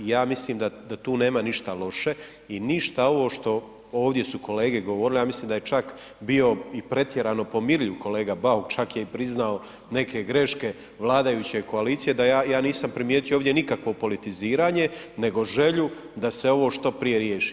Ja mislim da tu nema ništa loše i ništa ovo što ovdje su kolege govorile, ja mislim da je čak bio i pretjerano pomirljiv kolega Bauk, čak je i priznao neke greške vladajuće koalicije, da ja nisam primijetio ovdje nikakvo politiziranje nego želju da se ovo što prije riješi.